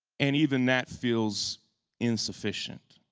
and even that feels insufficient.